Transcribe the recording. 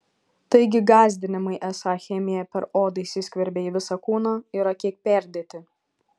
taigi gąsdinimai esą chemija per odą įsiskverbia į visą kūną yra kiek perdėti